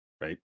Right